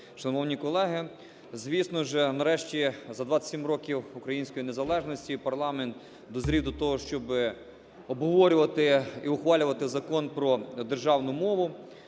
Шановні колеги, звісно ж, нарешті, за 27 років української незалежності парламент дозрів до того, щоби обговорювати і ухвалювати Закон про державну мову,